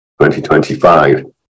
2025